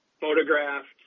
photographed